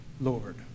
Lord